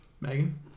Megan